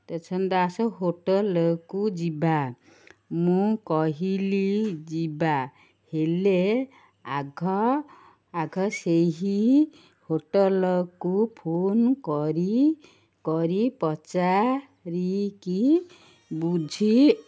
station Das ହୋଟଲକୁ ଯିବା ମୁଁ କହିଲି ଯିବା ହେଲେ ଆଘ ଆଘ ସେ ହୋଟଲକୁ ଫୋନ୍ କରି କରି ପଚାରିକି ବୁଝି